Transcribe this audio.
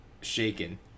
shaken